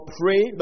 pray